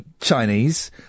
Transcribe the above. Chinese